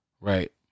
Right